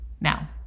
Now